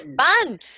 fun